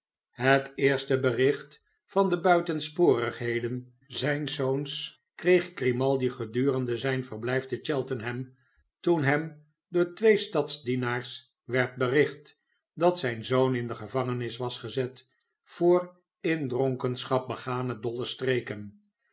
het eerste bericht van de buitensporigheden zijns zoons kreeg grimaldi gedurende zijn verblijf te cheltenham toen hem door twee stadsdienaars werd bericht dat zijn zoon in do gevangenis was gezet voor in dronkenschap begane dolle streken